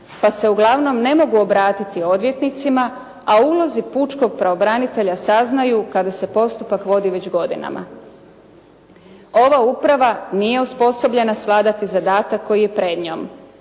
pa se uglavnom ne mogu obratiti odvjetnicima, a o ulozi pučkog pravobranitelja saznaju kada se postupak vodi već godinama. Ova uprava nije osposobljena svladati zadatak koji je pred njom.